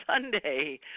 Sunday